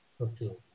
Okay